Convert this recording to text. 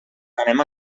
anem